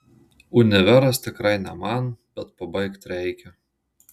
univeras tikrai ne man bet pabaigt reikia